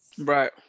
right